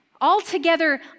altogether